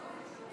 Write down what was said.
יצחק